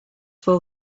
full